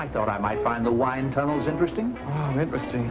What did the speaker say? i thought i might find the wind tunnels interesting interesting